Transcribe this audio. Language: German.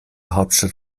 hauptstadt